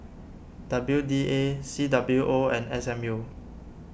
W D A C W O and S M U